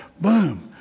boom